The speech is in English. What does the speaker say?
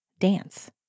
dance